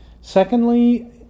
Secondly